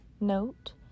note